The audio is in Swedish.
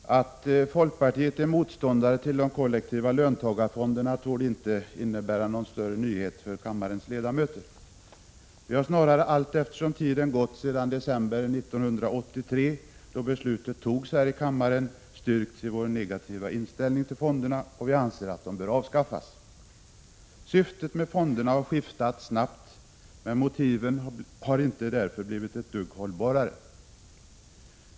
Herr talman! Folkpartiet är motståndare till de kollektiva löntagarfonderna, vilket inte torde innebära någon större nyhet för kammarens ledamöter. Vi har snarare allteftersom tiden gått sedan december 1983, då beslutet fattades här i kammaren, styrkts i vår negativa inställning till fonderna, och vi anser att de bör avskaffas. Syftet med fonderna har skiftat snabbt utan att motiven blivit ett dugg hållbarare.